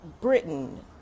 Britain